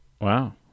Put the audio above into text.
Wow